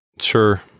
Sure